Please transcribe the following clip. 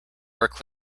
work